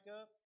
up